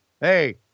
Hey